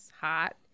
hot